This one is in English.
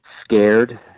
scared